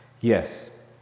yes